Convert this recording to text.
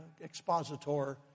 expositor